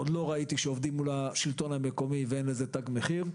עוד לא ראיתי שעובדים מול השלטון המקומי ואין לזה תג מחיר.